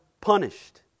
punished